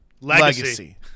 legacy